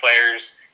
players